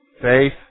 Faith